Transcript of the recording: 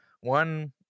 One